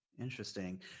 Interesting